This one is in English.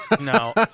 No